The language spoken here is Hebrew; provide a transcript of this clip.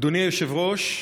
אדוני היושב-ראש,